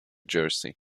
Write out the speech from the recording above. jersey